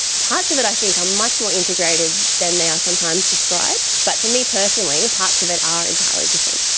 parts of it i think are much more integrated than they are sometimes described, but for me personally parts of it are entirely different.